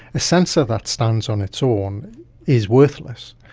a sensor that stands on its own is worthless.